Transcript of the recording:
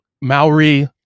Maori